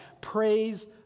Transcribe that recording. praise